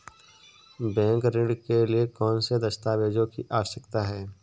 Bank ऋण के लिए कौन से दस्तावेजों की आवश्यकता है?